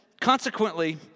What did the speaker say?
Consequently